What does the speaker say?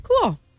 Cool